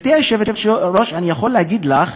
גברתי היושבת-ראש, אני יכול להגיד לך,